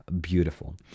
beautiful